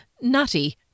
nutty